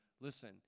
Listen